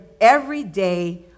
everyday